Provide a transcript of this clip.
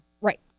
Right